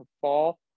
fall